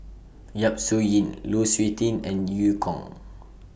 Yap Su Yin Lu Suitin and EU Kong